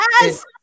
yes